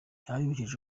yabibukije